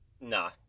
nah